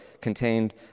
contained